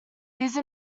these